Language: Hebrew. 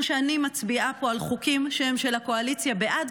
כמו שאני מצביעה פה על חוקים שהם של הקואליציה בעד,